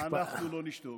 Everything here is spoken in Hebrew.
אנחנו לא נשתוק.